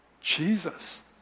Jesus